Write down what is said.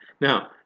Now